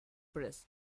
press